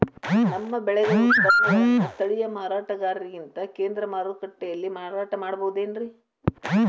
ನಮ್ಮ ಬೆಳೆಗಳ ಉತ್ಪನ್ನಗಳನ್ನ ಸ್ಥಳೇಯ ಮಾರಾಟಗಾರರಿಗಿಂತ ಕೇಂದ್ರ ಮಾರುಕಟ್ಟೆಯಲ್ಲಿ ಮಾರಾಟ ಮಾಡಬಹುದೇನ್ರಿ?